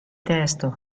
testo